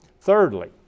Thirdly